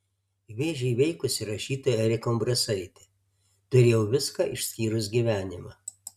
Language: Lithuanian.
vėžį įveikusi rašytoja erika umbrasaitė turėjau viską išskyrus gyvenimą